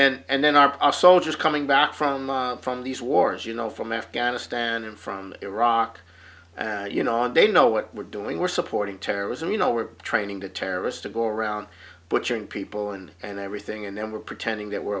know and then our soldiers coming back from from these wars you know from afghanistan and from iraq you know on day know what we're doing we're supporting terrorism you know we're training to terrorists to go around butchering people and and everything and then we're pretending that w